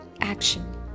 action